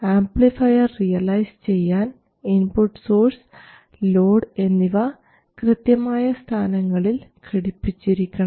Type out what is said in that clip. amplifier realise ചെയ്യാൻ input source load എന്നിവ കൃത്യമായ സ്ഥാനങ്ങളിൽ ഘടിപ്പിച്ചിരിക്കണം